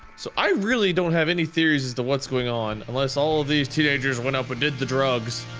so, i really don't have any theories as to what is going on unless all of these teenagers went up and did the drugs.